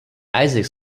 isaac